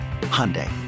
Hyundai